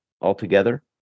altogether